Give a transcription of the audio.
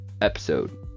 episode